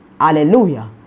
Hallelujah